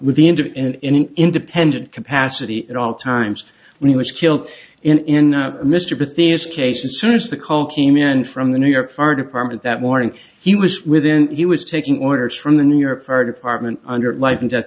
the end of independent capacity at all times when he was killed in the midst of a theist case and soon as the call came in from the new york fire department that morning he was within he was taking orders from the new york fire department under life and death